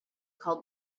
called